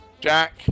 Jack